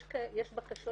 יש בקשות